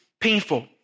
painful